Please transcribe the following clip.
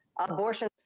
abortion